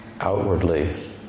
outwardly